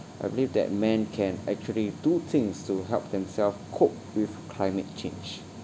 I believe that men can actually do things to help themself cope with climate change